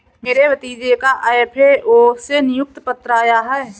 मेरे भतीजे का एफ.ए.ओ से नियुक्ति पत्र आया है